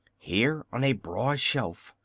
here, on a broad shelf,